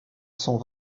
sont